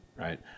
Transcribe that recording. right